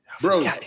Bro